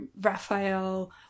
Raphael